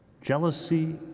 jealousy